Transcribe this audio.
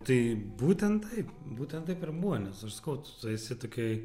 tai būtent taip būtent taip ir buvo nes aš sakau tu esi tokioj